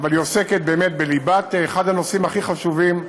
אבל הוא עוסק באמת בליבת אחד הנושאים הכי חשובים.